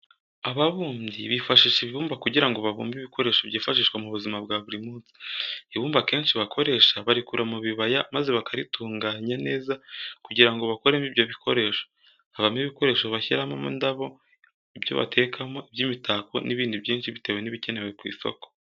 Ababumbyi bifashisha ibumba kugira ngo babumbe ibikoresho byifashishwa mu buzima bwa buri munsi. Ibumba akenshi bakoresha barikura mu bibaya maze bakaritunganya neza kugira ngo bakoremo ibyo bikoresho. Havamo ibikoresho bashyiramo indabo, ibyo batekamo, iby'imitako n'ibindi byinshi, bitewe n'ibikenewe ku isoko.